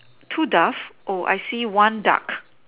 too daft I see one duck